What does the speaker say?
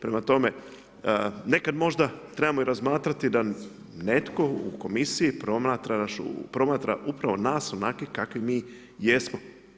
Prema tome, nekada možda trebamo razmatrati da netko komisija promatra upravo nas onakvi kakvi mi jesmo.